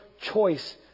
choice